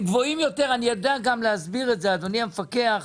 אני יודע גם להסביר, אדוני המפקח,